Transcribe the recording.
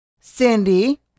Cindy